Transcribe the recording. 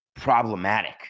problematic